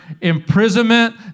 imprisonment